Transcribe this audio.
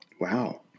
Wow